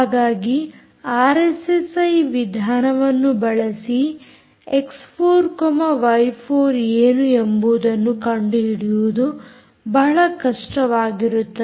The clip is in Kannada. ಹಾಗಾಗಿ ಆರ್ಎಸ್ಎಸ್ಐ ವಿಧಾನವನ್ನು ಬಳಸಿ ಎಕ್ಸ್4ವೈ4 ಏನು ಎಂಬುದನ್ನು ಕಂಡುಹಿಡಿಯುವುದು ಬಹಳ ಕಷ್ಟವಾಗಿರುತ್ತದೆ